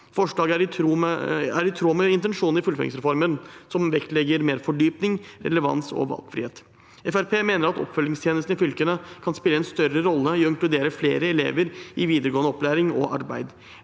Forslaget er i tråd med intensjonen i fullføringsreformen, som vektlegger mer fordypning, relevans og valgfrihet. Fremskrittspartiet mener at oppfølgingstjenesten i fylkene kan spille en større rolle i å inkludere flere elever i videregående opplæring og arbeid.